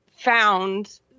found